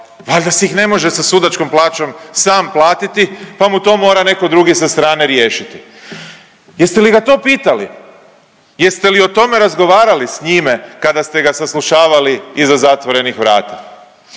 Valjda si ih ne može sa sudačkom plaćom sam platiti pa mu to mora neko drugi sa strane riješiti. Jeste li ga to pitali? Jeste li o tome razgovarali s njime kada ste ga saslušavali iza zatvorenih vrata?